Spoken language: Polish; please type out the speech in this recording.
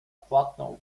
płatną